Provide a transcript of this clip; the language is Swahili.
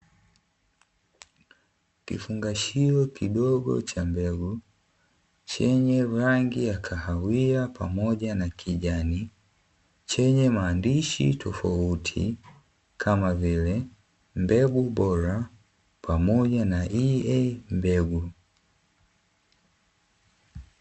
Kifungashio kidogo cha mbegu chenye rangi ya kahawia pamoja na kijani, chenye maandishi tofauti kama vile “Mbegu bora” pamoja na “EA mbegu”.